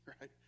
right